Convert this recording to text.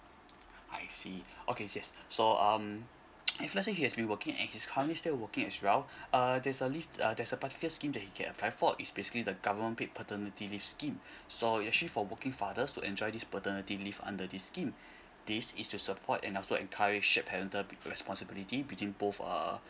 I see okay yes so um if let's say he has been working and he's currently still working as well uh there's a leave uh there's a particular scheme that he can apply for is basically the government paid paternity leave scheme so actually for working father to enjoy this paternity leave under this scheme this is to support and also encourage shared parent responsibility between both uh